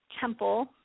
temple